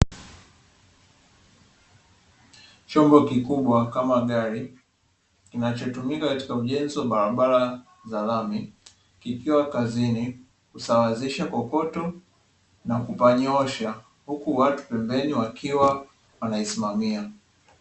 Chombo kikubwa kama gari kinachotumika katika ujenzi wa barabara za lami, kikiwa kazini kusawazisha kokoto na kupanyoosha huku watu pembeni wakiwa wanaisimamia.